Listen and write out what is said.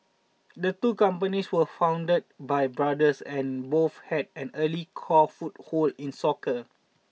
the two companies were founded by brothers and both had an early core foothold in soccer